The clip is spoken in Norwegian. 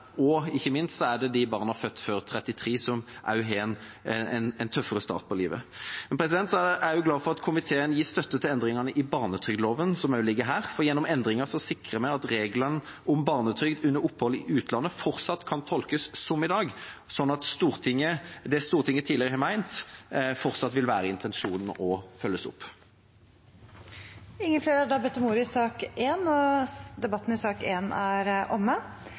budsjettprosessene. Ikke minst er det de barna som er født før uke 33, som har en tøffere start på livet. Jeg er også glad for at komiteen gir støtte til endringene i barnetrygdloven som også ligger her. Gjennom endringene sikrer vi at regelen om barnetrygd under opphold i utlandet fortsatt kan tolkes som i dag, slik at det Stortinget tidligere har ment, fortsatt vil være intensjonen og følges opp. Flere har ikke bedt om ordet til sak nr. 1. Ingen har bedt om ordet. Den tidligere hjemmelen til å kunne kreve uttømmende politiattest ble opphevet ved opphevelsen av strafferegisterloven og